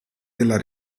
della